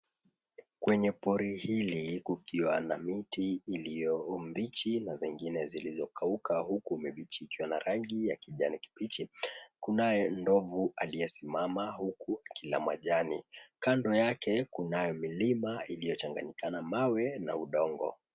Kwenye pori hili kukiwa na miti iliyo mbichi na zingine zilizokauka, huku mibichi ikiwa na rangi ya kijani kibichi. Kunaye ndovu aliyesimama huku akila majani. Kando yake kunayo milima iliyochanganyika na mawe na udongo.